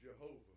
Jehovah